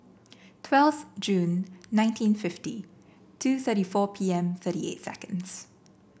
twelve Jun nineteen fifty two thirty four P M thirty eight seconds